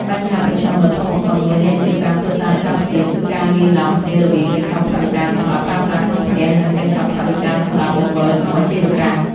បញ្ហាប្រឈមដ៏ធំបំផុតមួយនៃអាជីវកម្មគ្រួសារនៅកម្ពុជា គឺការលាយឡំគ្នារវាងកញ្ចប់ថវិកាសម្រាប់ប្រើប្រាស់ក្នុងផ្ទះ និងកញ្ចប់ថវិកាសម្រាប់បង្វិលក្នុងអាជីវកម្ម។